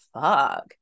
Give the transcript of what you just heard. fuck